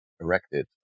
erected